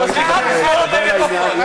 אני